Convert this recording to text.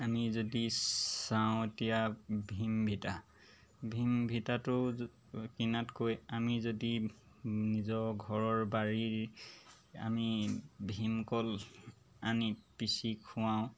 আমি যদি চাওঁ এতিয়া ভীমভিতা ভীমভিতাটো কিনাতকৈ আমি যদি নিজ ঘৰৰ বাৰীৰ আমি ভীমকল আনি পিচি খুৱাওঁ